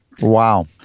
wow